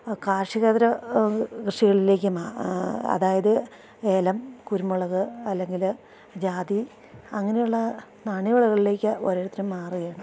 കാർഷികേതര കൃഷികളിലേക്ക് അതായത് ഏലം കുരുമുളക് അല്ലെങ്കില് ജാതി അങ്ങനെയുള്ള നാണ്യവിളകളിലേക്ക് ഓരോരുത്തരും മാറുകയാണ്